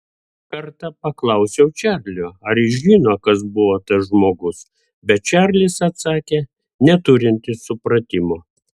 kartą paklausiau čarlio ar jis žino kas buvo tas žmogus bet čarlis atsakė neturintis supratimo